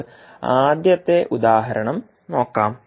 നമുക്ക് ആദ്യത്തെ ഉദാഹരണം നോക്കാം